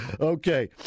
Okay